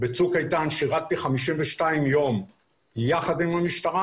בצוק איתן שירתי 52 ימים יחד עם המשטרה